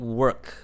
work